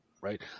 right